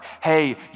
hey